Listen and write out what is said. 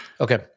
Okay